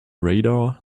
radar